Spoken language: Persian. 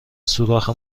سوراخ